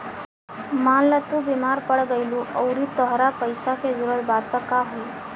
मान ल तू बीमार पड़ गइलू अउरी तहरा पइसा के जरूरत बा त का होइ